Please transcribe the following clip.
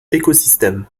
écosystème